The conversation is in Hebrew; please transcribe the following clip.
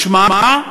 משמע,